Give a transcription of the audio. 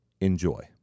Enjoy